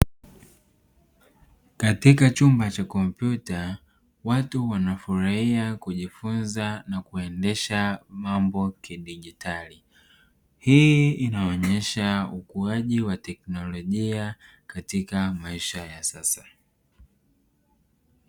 Katika chumba cha kompyuta watu wanafurahia kujifunza na kuendesha mambo kidijitali, hii inaonyesha ukuaji wa teknolojia katika maisha ya sasa.